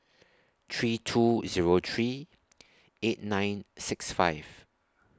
three two Zero three eight nine six five